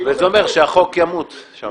וזה אומר שהחוק ימות שם.